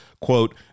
quote